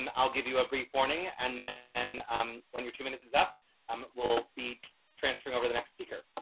um i'll give you a brief warning and then and um when your two minutes is up um will be transferring over the next speaker.